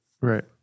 Right